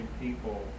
people